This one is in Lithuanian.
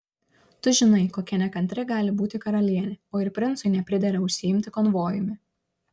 tu žinai kokia nekantri gali būti karalienė o ir princui nepridera užsiimti konvojumi